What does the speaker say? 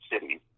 cities